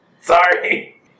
Sorry